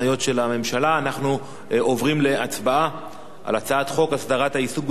אנחנו עוברים להצבעה על הצעת חוק הסדרת העיסוק במקצועות הבריאות (תיקון,